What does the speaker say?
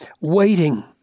Waiting